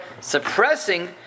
suppressing